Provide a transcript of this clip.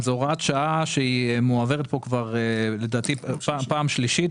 זו הוראת שעה שלדעתי היא מועברת כאן כבר פעם שלישית